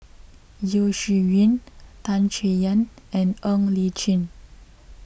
Yeo Shih Yun Tan Chay Yan and Ng Li Chin